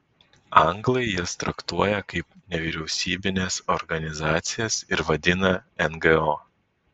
anglai jas traktuoja kaip nevyriausybines organizacijas ir vadina ngo